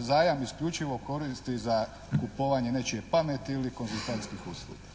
zajam isključivo koristi za kupovanje nečije pameti ili konzultantskih usluga.